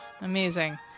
amazing